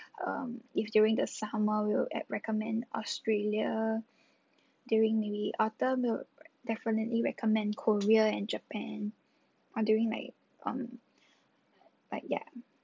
um if during the summer we'll at recommend australia during the autumn we'll definitely recommend korea and japan on during like um like yup